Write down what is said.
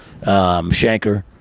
Shanker